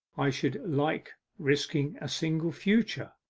i should like risking a single future.